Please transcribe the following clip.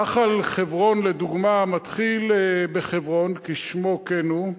נחל חברון לדוגמה מתחיל בחברון, כשמו כן הוא,